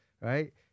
Right